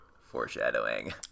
foreshadowing